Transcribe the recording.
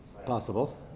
possible